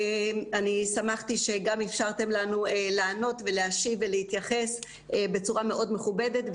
אני שמחתי שאפשרתם לנו לענות ולהשיב ולהתייחס בצורה מאוד מכובדת.